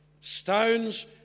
Stones